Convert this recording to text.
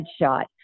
headshot